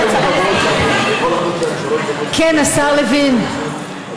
השר לוין,